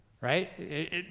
Right